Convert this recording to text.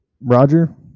Roger